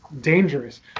dangerous